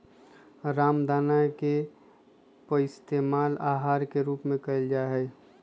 रामदाना के पइस्तेमाल आहार के रूप में कइल जाहई